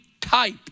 type